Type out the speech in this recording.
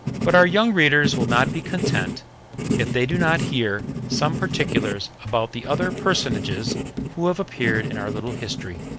but our young readers will not be content if they do not hear some particulars about the other personages who have appeared in our little history.